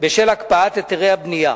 בשל הקפאת היתרי הבנייה.